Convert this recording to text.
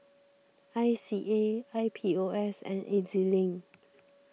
I C A I P O S and E Z Link